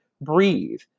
breathe